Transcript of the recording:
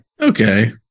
okay